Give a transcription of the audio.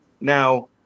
Now